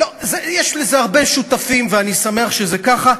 יש לזה הרבה שותפים, ואני שמח שזה ככה.